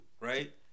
right